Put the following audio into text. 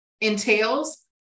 entails